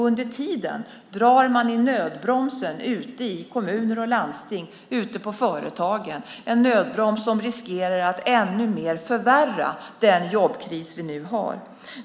Under tiden drar man i nödbromsen ute i kommuner och landsting och ute på företagen, en nödbroms som riskerar att ännu mer förvärra den jobbkris vi nu har.